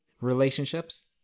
Relationships